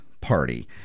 Party